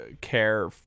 care